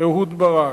אהוד ברק.